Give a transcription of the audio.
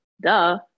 Duh